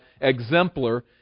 exemplar